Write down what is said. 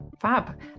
Fab